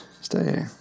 stay